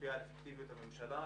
משפיעה על אפקטיביות הממשלה.